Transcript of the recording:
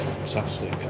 Fantastic